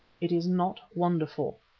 it is not wonderful,